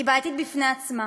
היא בעייתית בפני עצמה.